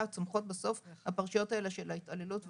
צומחות בסוף הפרשיות האלה של ההתעללות וההזנחה.